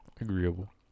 Agreeable